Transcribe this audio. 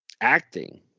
acting